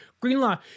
Greenlaw